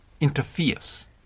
interferes